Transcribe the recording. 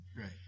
Right